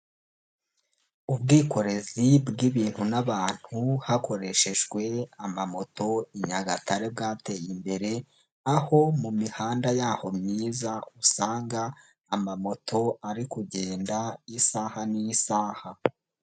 Ubwikorezi bw'ibintu n'abantu hakoreshejwe amamoto i Nyagatare bwateye imbere, aho mu mihanda yaho myiza usanga amamoto ari kugenda isaha n'isaha.